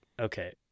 okay